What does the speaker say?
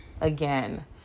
again